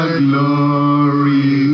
glory